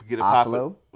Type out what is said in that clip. Oslo